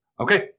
Okay